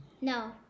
No